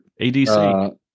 ADC